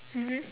mmhmm